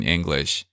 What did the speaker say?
English